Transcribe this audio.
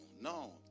no